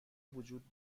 وجود